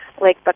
Lake